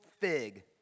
fig